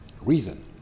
reason